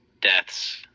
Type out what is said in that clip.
deaths